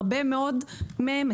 הרבה מאוד מהם,